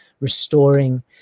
restoring